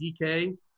DK